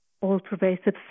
All-pervasive